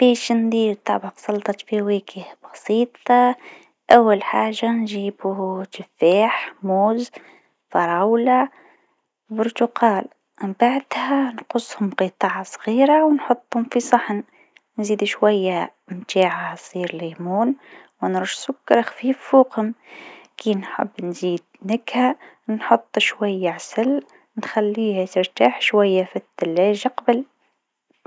باش تحضر طبق سلطة فواكه بسيط، أول حاجة اختر فواكه حسب ذوقك: تفاح، موز، برتقال، عنب، وفراولة. قطعهم لقطع صغيرة. بعدين، اخلطهم مع بعض في طبق كبير. إذا تحب، زيد شوية عصير ليمون أو عسل على الوجه. ممكن تزينهم بشوية نعناع. وهكا، عندك سلطة فواكه لذيذة وصحية!